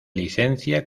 licencia